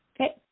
Okay